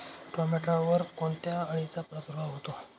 टोमॅटोवर कोणत्या अळीचा प्रादुर्भाव होतो?